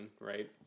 right